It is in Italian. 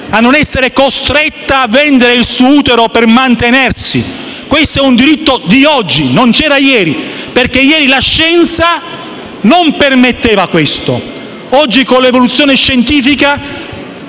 a non essere costretta a vendere il suo utero per mantenersi. Questo è un diritto di oggi e non c'era ieri, perché ieri la scienza non lo permetteva. Oggi con l'evoluzione e la